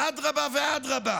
אדרבה ואדרבה.